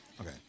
Okay